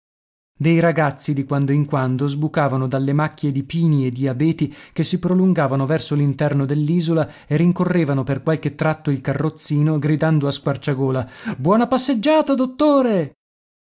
dei ragazzi di quando in quando sbucavano dalle macchie di pini e di abeti che si prolungavano verso l'interno dell'isola e rincorrevano per qualche tratto il carrozzino gridando a squarciagola buona passeggiata dottore